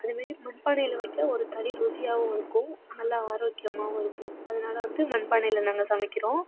அதமாரி மண் பானையில் வச்சால் ஒரு தனி ருசியாவும் இருக்கும் நல்லா ஆரோக்கியமாவும் இருக்கும் அதனால் வந்து மண் பானையில் நாங்கள் சமைக்கிறோம்